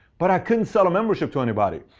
but i couldn't sell a membership to anybody.